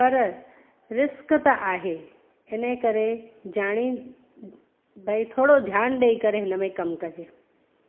पर रिस्क त आहे इनजे करे ॼाणिनि भई थोरो ध्यानु ॾेई करे हिनमें कमु कजे